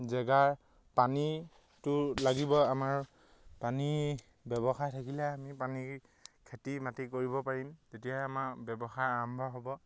জেগাৰ পানীটোৰ লাগিব আমাৰ পানী ব্যৱসায় থাকিলে আমি পানী খেতি মাটি কৰিব পাৰিম তেতিয়াহে আমাৰ ব্যৱসায় আৰম্ভ হ'ব